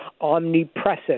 omnipresent